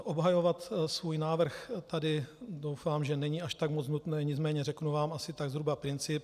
Obhajovat svůj návrh tady doufám, že není až tak moc nutné, nicméně řeknu vám asi tak zhruba princip.